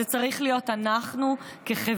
זה צריך להיות אנחנו כחברה.